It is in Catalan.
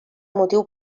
motiu